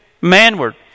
manward